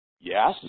yes